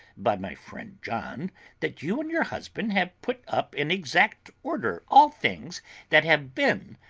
by my friend john that you and your husband have put up in exact order all things that have been,